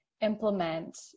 implement